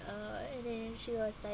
uh and then she was like